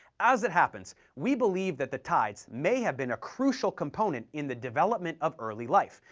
as it happens, we believe that the tides may have been a crucial component in the development of early life,